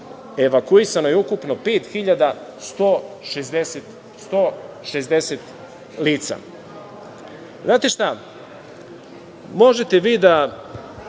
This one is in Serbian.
evakuisano je ukupno 5.160 lica. Znate, možete vi da